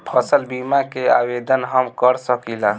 फसल बीमा के आवेदन हम कर सकिला?